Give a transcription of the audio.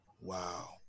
Wow